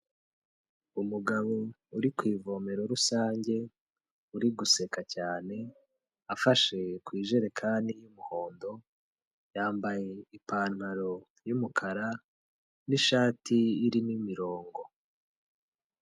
Umugabo uri ku ivomero rusange uri guseka cyane afashe ku ijerekani y'umuhondo yambaye ipantaro y'umukara n'ishati irimo imirongo.